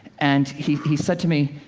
and he he said to me,